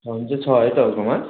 छनु चाहिँ छ है तपाईँकोमा